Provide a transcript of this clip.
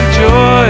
joy